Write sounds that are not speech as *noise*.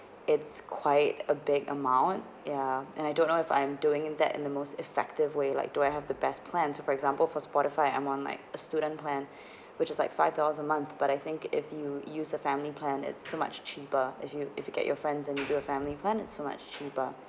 it's quite a big amount ya and I don't know if I'm doing that in the most effective way like do I have the best plan for example for spotify I'm on like a student plan *breath* which is like five dollars a month but I think if you use a family plan it's so much cheaper if you if you get your friends and you do family plan it's so much cheaper